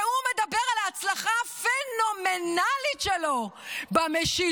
והוא מדבר על ההצלחה הפנומנלית שלו במשילות,